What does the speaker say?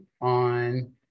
on